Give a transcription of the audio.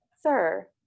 Sir